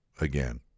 again